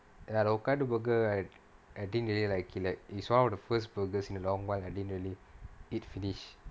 the hokkaido burger I didn't really like it like is one of the first burgers in a long while I didn't really eat finish